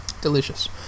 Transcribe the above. Delicious